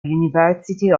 university